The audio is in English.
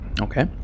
Okay